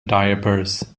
diapers